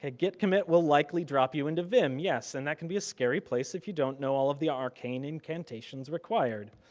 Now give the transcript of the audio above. ah git commit will likely drop you into vim. yes, and that can be a scary place if you don't know all of the arcane incantations required,